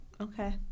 Okay